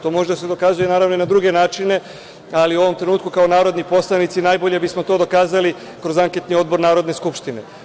To može da se dokazuje, naravno, i na druge načine, ali u ovom trenutku kao narodni poslanici najbolje bismo to dokazali kroz anketni odbor Narodne skupštine.